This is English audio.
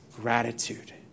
gratitude